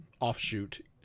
offshoot